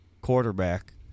quarterback